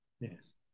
yes